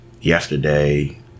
Yesterday